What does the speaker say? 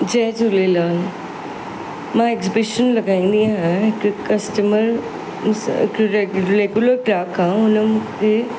जय झूलेलाल मां एग्सबिशन लॻाईंदी आहियां हिकु कस्टमर रेगुलर ग्राहक आहे हुन मूंखे